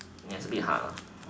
yes it's a bit hard lah